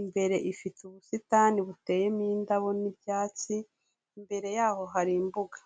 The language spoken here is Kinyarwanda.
imbere ifite ubusitani buteyemo indabo n'ibyatsi, imbere yaho hari imbuga.